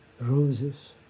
roses